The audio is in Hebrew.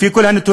לפי כל הנתונים,